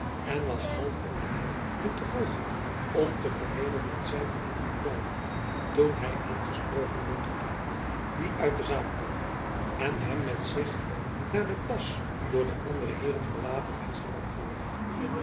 en was half in den wil hen te volgen om te vernemen wat zy van hem vertelden toen hy aangesproken werd door kievit die uit de zaal kwam en hem met zich naar de pas door de andere heeren verlaten vensterbank voerde